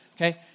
Okay